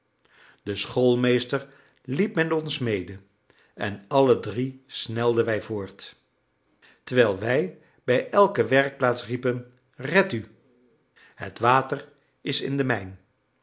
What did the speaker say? de schoolmeester liep met ons mede en alle drie snelden wij voort terwijl wij bij elke werkplaats riepen redt u het water is in de mijn